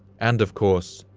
and of course,